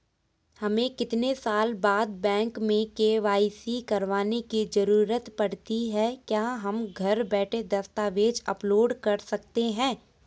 हमें कितने साल बाद बैंक में के.वाई.सी करवाने की जरूरत पड़ती है क्या हम घर बैठे दस्तावेज़ अपलोड कर सकते हैं?